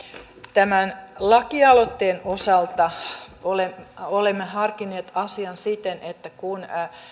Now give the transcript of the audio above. tämän lakialoitteen osalta olemme harkinneet asian siten että kun